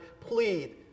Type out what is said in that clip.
plead